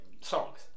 songs